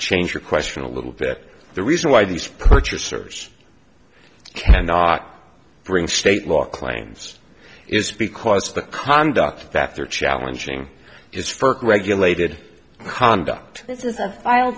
change your question a little bit the reason why these purchasers cannot bring state law claims is because of the conduct that they're challenging is firk regulated conduct